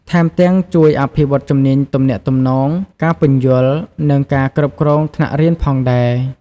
ថែមទាំងជួយអភិវឌ្ឍជំនាញទំនាក់ទំនង ការពន្យល់ និងការគ្រប់គ្រងថ្នាក់រៀនផងដែរ។